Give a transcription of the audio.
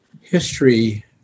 history